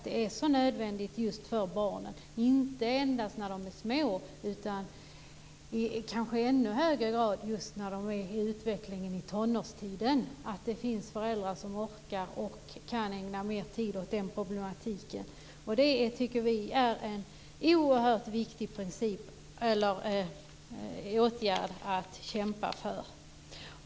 Det är helt nödvändigt för barnens skull, inte endast när de är små utan i kanske ännu högre grad under tonårstiden, att föräldrarna kan ägna mer tid åt sina barn. Vi tycker att det är en oerhört viktig åtgärd att kämpa för.